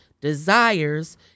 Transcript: desires